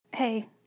Hey